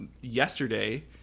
yesterday